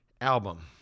Album